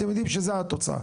אתם יודעים שזה התוצאה.